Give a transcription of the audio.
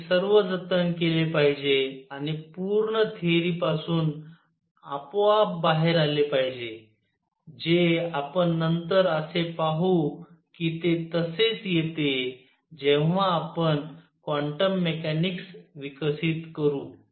ते सर्व जतन केले पाहिजे आणि पूर्ण थेअरी पासून आपोआप बाहेर आले पाहिजे जे आपण नंतर असे पाहू कि ते तसेच येते जेव्हा आपण क्वांटम मेकॅनिक्स विकसित करू